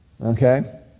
Okay